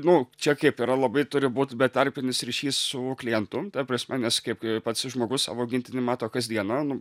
nu čia kaip yra labai turi būt betarpinis ryšys su klientu ta prasme nes kaip pats žmogus savo augintinį mato kasdieną nu